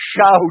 shout